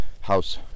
house